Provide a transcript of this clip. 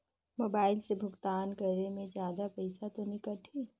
Mobile से भुगतान करे मे जादा पईसा तो नि कटही?